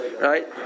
right